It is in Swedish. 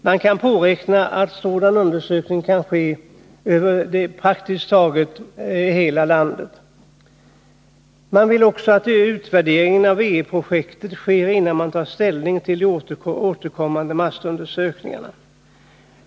Man kan påräkna att sådan undersökning kan ske över praktiskt taget hela landet. Utskottet vill att utvärderingen av W-E-projektet sker innan man tar ställning till återkommande massundersökningar.